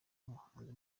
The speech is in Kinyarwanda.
umuhanzi